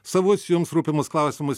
savus jums rūpimus klausimus